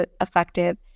effective